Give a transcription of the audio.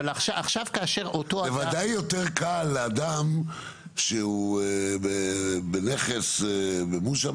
אבל עכשיו כאשר אותו אדם --- בוודאי יותר קל לאדם שהוא בנכס במושע,